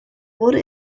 wurde